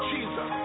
Jesus